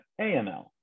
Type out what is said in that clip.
aml